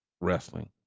Wrestling